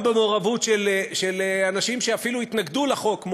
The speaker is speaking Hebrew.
גם במעורבות של אנשים שאפילו התנגדו לחוק,